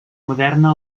moderna